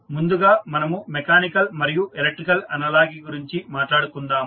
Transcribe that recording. ముందుగా మనము మెకానికల్ మరియు ఎలక్ట్రికల్ అనాలజీ గురించి మాట్లాడుకుందాము